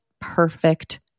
perfect